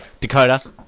Dakota